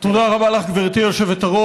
תודה רבה לך, גברתי היושבת-ראש.